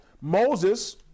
Moses